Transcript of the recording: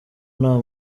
nta